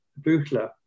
Buchler